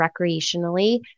recreationally